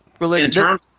religion